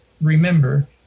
remember